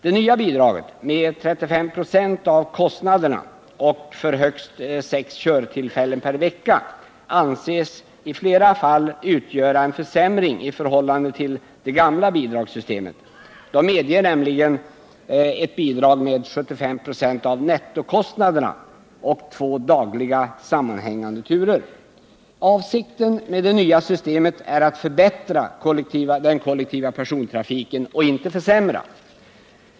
Det nya bidraget med 35 926 av kostnaderna och för högst sex körtillfällen per vecka anses i flera fall utgöra en försämring i förhållande till det gamla bidragssystemet. Enligt detta medges nämligen bidrag med 75 26 av nettokostnaderna och två dagliga sammanhängande turer. Avsikten med det nya systemet är att förbättra den kollektiva persontrafiken och inte att försämra den.